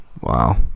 Wow